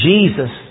Jesus